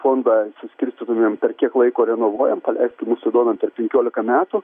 fondą suskirstytumėm per kiek laiko renovuojam paleist ir mus sudomint per penkiolika metų